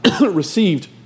received